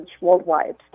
worldwide